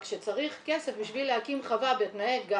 רק שצריך כסף בשביל להקים חווה בתנאי ---,